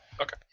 Okay